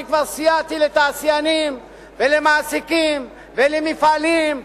אני כבר סייעתי לתעשיינים ולמעסיקים ולמפעלים,